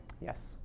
Yes